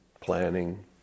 planning